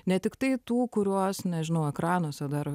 ne tiktai tų kuriuos nežinojau ekranuose dar